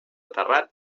terrat